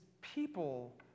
people